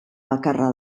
bakarra